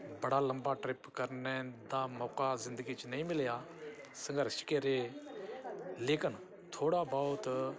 बड़ा लम्बी ट्रिप करने दा मौका जिंदगी च नेईं मिलेआ संघर्श गै रेह् लेकिन थोह्ड़ा बोह्त